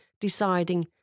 deciding